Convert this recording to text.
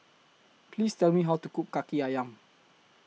Please Tell Me How to Cook Kaki Ayam